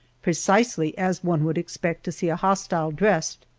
precisely as one would expect to see a hostile dressed.